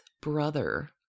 brother